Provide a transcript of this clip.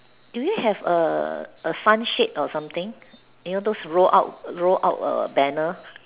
do you have a a fun shape or something you know those roll out roll out err banner